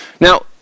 Now